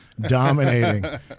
dominating